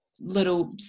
little